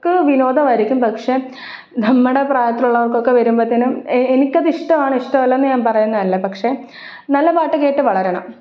അവര്ക്ക് വിനോദമായിരിക്കും പക്ഷെ നമ്മുടെ പ്രായത്തിലുള്ളാള്ക്കൊക്കെ വരുമ്പോഴത്തേനും എ എനിക്കതിഷ്ടമാണ് ഇഷ്ടമല്ലാന്ന് ഞാന് പറയുന്നതല്ല പക്ഷെ നല്ല പാട്ട് കേട്ട് വളരണം